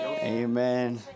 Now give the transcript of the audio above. Amen